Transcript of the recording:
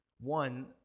One